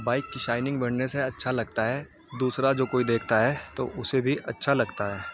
bike کی shining بڑھنے سے اچھا لگتا ہے دوسرا جو کوئی دیکھتا ہے تو اسے بھی اچھا لگتا ہے